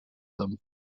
them